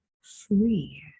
free